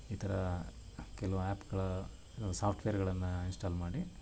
ಈ ಥರಾ ಕೆಲವು ಆ್ಯಪ್ಗಳ ಸಾಫ್ಟ್ವೇರುಗಳನ್ನ ಇನ್ಸ್ಟಾಲ್ ಮಾಡಿ